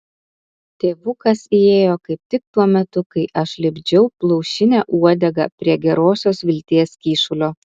tėvukas įėjo kaip tik tuo metu kai aš lipdžiau plaušinę uodegą prie gerosios vilties kyšulio